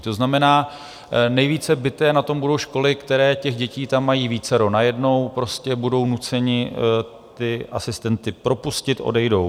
To znamená, nejvíce bity na tom budou školy, které těch dětí tam mají vícero najednou, prostě budou nuceny ty asistenty propustit, odejdou.